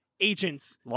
Agents